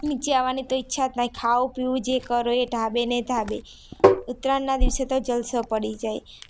નીચે આવવાની તો ઈચ્છા જ ના હોય ખાવું પીવું જે કરો એ ધાબે ને ધાબે જ ઉત્તરાયણના દિવસે તો જલસો પડી જાય